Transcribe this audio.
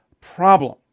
problem